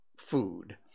food